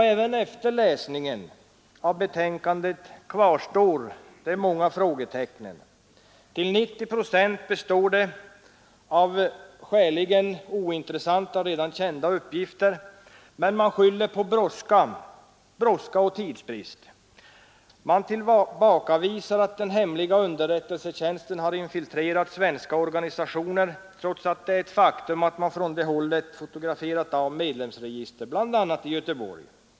Även efter läsningen av betänkandet kvarstår det många frågetecken. Till 90 procent består betänkandet av skäligen ointressanta redan kända uppgifter, men man skyller på brådska och tidsbrist. Det tillbakavisas att den hemliga underrättelsetjänsten har infiltrerat svenska organisationer, trots att det är ett faktum att man från det hållet fotograferat medlemsregister bl.a. i Göteborg.